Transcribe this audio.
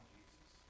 Jesus